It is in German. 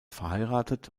verheiratet